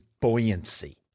buoyancy